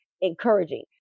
encouraging